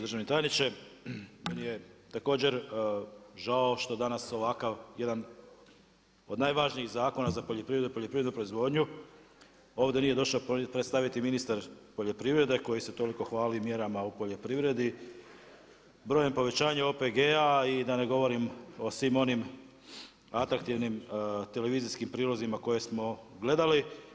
Državni tajniče, meni je također žao što danas ovakav jedan od najvažnijih zakona za poljoprivredu i poljoprivrednu proizvodnju ovdje nije došao predstaviti ministar poljoprivrede koji se toliko hvali mjerama u poljoprivredi, brojem povećanja OPG-a i da ne govorim o svim onim atraktivnim televizijskim prilozima koje smo gledali.